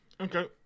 Okay